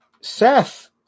seth